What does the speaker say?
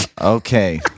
Okay